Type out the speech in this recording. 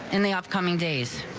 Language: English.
and the upcoming days.